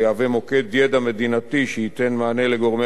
ויהווה מוקד ידע מדינתי שייתן מענה לגורמי